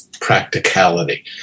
practicality